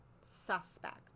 suspect